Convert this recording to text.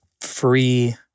free